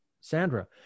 sandra